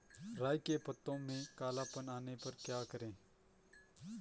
राई के पत्तों में काला पन आने पर क्या करें?